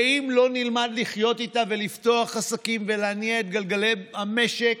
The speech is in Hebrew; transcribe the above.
ואם לא נלמד לחיות איתה ולפתוח עסקים ולהניע את גלגלי המשק,